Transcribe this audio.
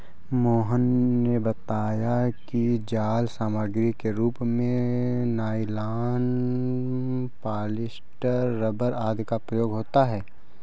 मोहन ने बताया कि जाल सामग्री के रूप में नाइलॉन, पॉलीस्टर, रबर आदि का प्रयोग होता है